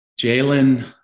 Jalen